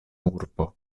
urbo